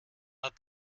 hat